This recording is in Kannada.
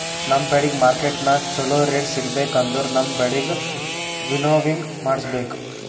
ನಮ್ ಬೆಳಿಗ್ ಮಾರ್ಕೆಟನಾಗ್ ಚೋಲೊ ರೇಟ್ ಸಿಗ್ಬೇಕು ಅಂದುರ್ ನಮ್ ಬೆಳಿಗ್ ವಿಂನೋವಿಂಗ್ ಮಾಡಿಸ್ಬೇಕ್